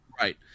Right